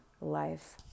life